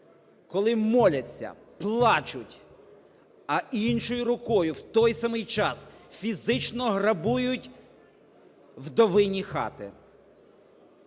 коли моляться, плачуть, а іншою рукою в той самий час фізично грабують вдовині хати.